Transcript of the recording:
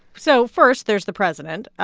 so first, there's the president.